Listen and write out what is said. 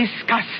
discuss